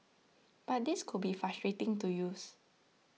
but these could be frustrating to use